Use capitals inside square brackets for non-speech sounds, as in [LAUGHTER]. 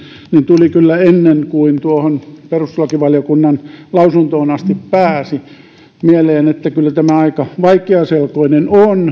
tuli kyllä ennen kuin tuohon perustuslakivaliokunnan lausuntoon asti pääsi mieleen että kyllä tämä aika vaikeaselkoinen on [UNINTELLIGIBLE]